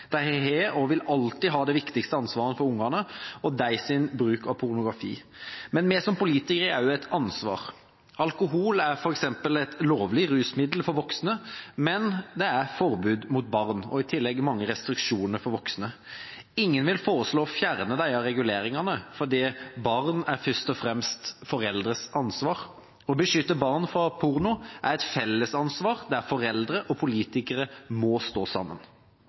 De har, og vil alltid ha, det viktigste ansvaret for barna og deres bruk av pornografi. Men vi som politikere har også et ansvar. Alkohol er f.eks. et lovlig rusmiddel for voksne, men det er forbudt for barn, og i tillegg er det mange restriksjoner for voksne. Ingen vil foreslå å fjerne disse reguleringene selv om barn først og fremst er foreldrenes ansvar. Å beskytte barn fra porno er et felles ansvar der foreldre og politikere må stå sammen.